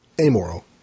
Amoral